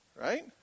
Right